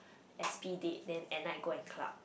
S_P date then at night go and club